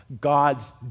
God's